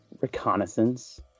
reconnaissance